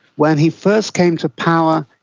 when he first came to power,